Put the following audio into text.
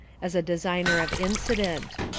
as a designer of incident.